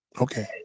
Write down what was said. Okay